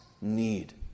need